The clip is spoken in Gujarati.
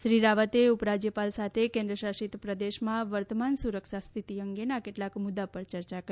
શ્રી રાવતે ઉપરાજ્યપાલ સાથે કેન્દ્ર શાસિત પ્રદેશમાં વર્તમાન સુરક્ષા સ્થિતિ અંગેના કેટલાક મુદ્દા પર ચર્ચા કરી